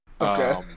Okay